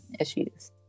Issues